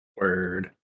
Word